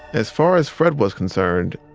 as far as fred was concerned,